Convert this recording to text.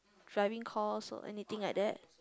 driving course or anything like that